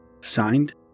signed